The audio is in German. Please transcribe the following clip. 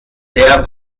sehr